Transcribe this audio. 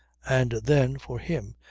and then, for him,